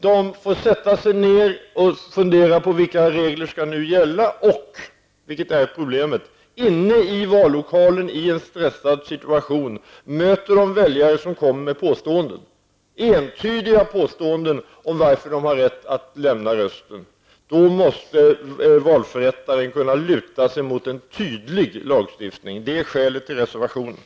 De får sätta sig ned och fundera över vilka regler som gäller. Inne i vallokalen -- och det är det stora problemet -- möter de i en stressad situation väljare som kommer med entydiga påståenden om varför de har rätt att lämna rösten. Då måste valförrättaren kunna luta sig mot en tydlig lagstiftning. Det är skälet till reservationen.